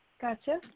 Gotcha